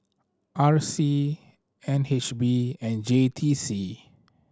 R C N H B and J T C